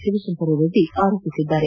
ಶಿವಶಂಕರರೆಡ್ನಿ ಆರೋಪಿಸಿದ್ದಾರೆ